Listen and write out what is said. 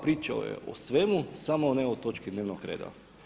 Pričao je o svemu, samo ne o točki dnevnog reda.